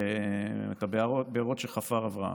את הבארות שחפר אברהם.